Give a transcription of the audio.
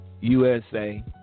USA